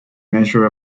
measure